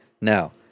Now